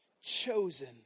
chosen